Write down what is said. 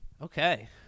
Okay